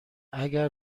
اگر